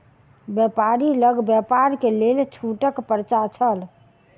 व्यापारी लग व्यापार के लेल छूटक पर्चा छल